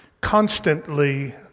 constantly